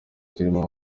kirimo